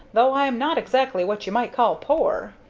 though i am not exactly what you might call poor.